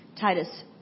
Titus